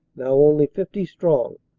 now only fifty strong,